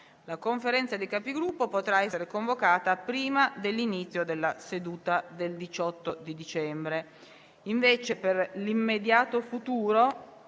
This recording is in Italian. La Conferenza dei Capigruppo potrà essere convocata prima dell'inizio della seduta del 18 di dicembre.